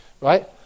right